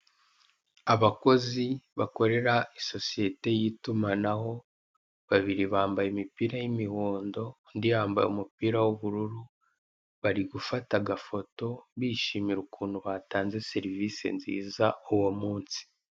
Abakozi bakorera isosiyete y'itumanaho babiri bambaye imipira y'imihondo undi yambaye agapira k'ubururu bari gufata agafoto bishimira ukuntu batanze serivise nziza uwo munsi.